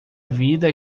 vida